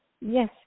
Yes